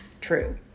true